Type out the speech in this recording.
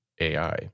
AI